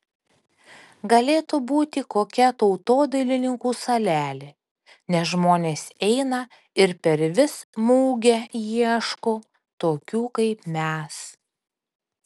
galėtų būti kokia tautodailininkų salelė nes žmonės eina ir per vis mugę ieško tokių kaip mes